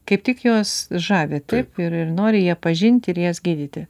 kaip tik jos žavi taip ir ir nori jie pažinti ir jas gydyti